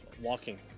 walking